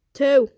two